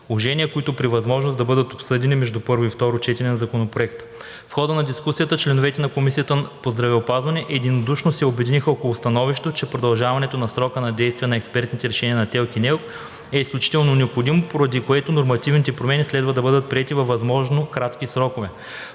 предложения, които при възможност да бъдат обсъдени между първо и второ гласуване на Законопроекта. В хода на дискусията, членовете на Комисията по здравеопазването единодушно се обединиха около становището, че продължаването на срока на действие на експертните решения на ТЕЛК и НЕЛК е изключително необходимо, поради което нормативните промени следва да бъдат приети във възможно кратки срокове.